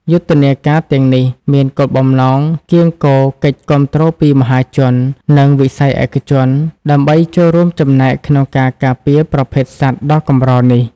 យុទ្ធនាការទាំងនេះមានគោលបំណងកៀរគរកិច្ចគាំទ្រពីមហាជន និងវិស័យឯកជន ដើម្បីចូលរួមចំណែកក្នុងការការពារប្រភេទសត្វដ៏កម្រនេះ។